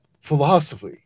philosophy